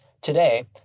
today